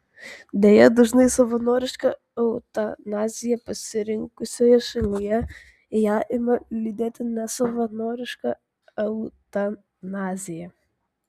deja dažnai savanorišką eutanaziją pasirinkusioje šalyje ją ima lydėti nesavanoriška eutanazija